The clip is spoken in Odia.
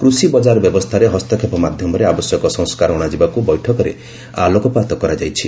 କୃଷି ବଜାର ବ୍ୟବସ୍ଥାରେ ହସ୍ତକ୍ଷେପ ମାଧ୍ୟମରେ ଆବଶ୍ୟକ ସଂସ୍କାର ଅଣାଯିବାକୁ ବୈଠକରେ ଆଲୋକପାତ କରାଯାଇଛି